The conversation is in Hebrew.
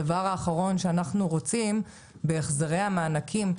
הדבר האחרון שאנחנו רוצים בהחזרי המענקים,